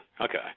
Okay